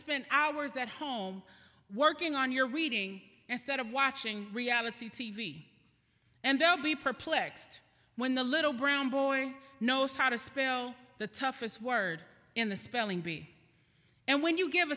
spend hours at home working on your reading instead of watching reality t v and they'll be perplexed when the little brown boy knows how to spell the toughest word in the spelling bee and when you give